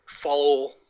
follow